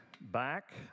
back